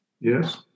yes